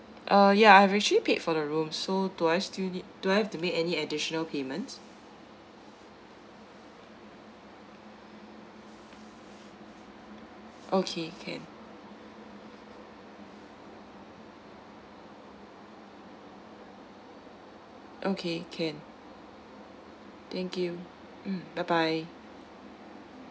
uh yeah I actually paid for the room so do I still need do I have to be made any additional payments okay can okay can thank you mm bye bye